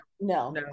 no